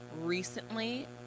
recently